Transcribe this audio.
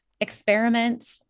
experiment